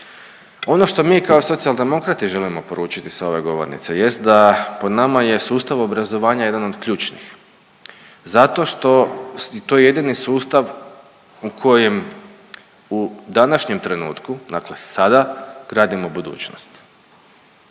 Ono što mi kao Socijaldemokrati želimo poručiti sa ove govornice jest da po nama je sustav obrazovanja jedan od ključnih zato što je to jedini sustav u kojem u današnjem trenutku, dakle sada gradimo budućnost.